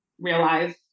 realize